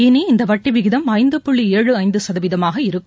இனி இந்தவட்டிவிகிதம் ஐந்து புள்ளி ஏழு ஐந்துசதவீதமாக இருக்கும்